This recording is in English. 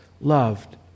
loved